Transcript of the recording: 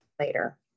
later